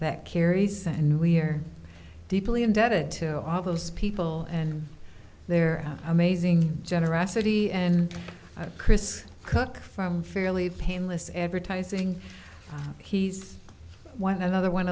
that carries and we're deeply indebted to all those people and their amazing generosity and chris cook from fairly painless advertising he's one another one